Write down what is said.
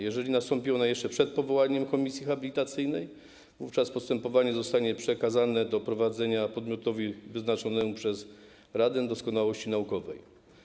Jeżeli nastąpi ona jeszcze przed powołaniem komisji habilitacyjnej, wówczas postępowanie zostanie przekazane do prowadzenia podmiotowi wyznaczonemu przez Radę Doskonałości Naukowej.